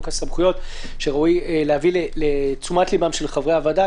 הסמכויות שראוי להביא לתשומת ליבם של חברי הוועדה,